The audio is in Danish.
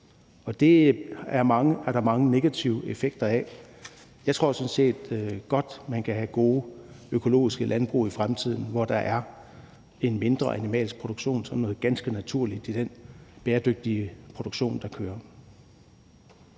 og det er der mange negative effekter af. Jeg tror sådan set godt, at man kan have gode økologiske landbrug i fremtiden, hvor der er en mindre animalsk produktion som noget ganske naturligt i den bæredygtige produktion, der kører.